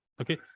Okay